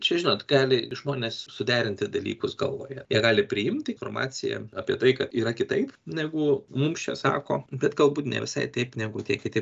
čia žinot gali žmonės suderinti dalykus galvoje jie gali priimti informaciją apie tai kad yra kitaip negu mums čia sako bet galbūt ne visai taip negu tie kiti